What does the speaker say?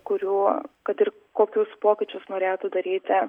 kuriuo kad ir kokius pokyčius norėtų daryti